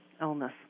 illness